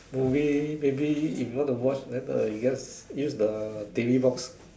movie maybe if you want to watch then uh you just use the T_V box